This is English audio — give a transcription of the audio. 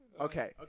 okay